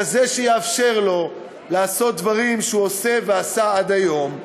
כזה שיאפשר לו לעשות דברים שהוא עושה ועשה עד היום.